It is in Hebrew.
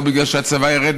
לא בגלל שהצבא ירד,